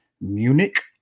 Munich